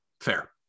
fair